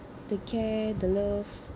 the care the love